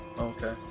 Okay